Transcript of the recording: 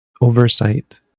oversight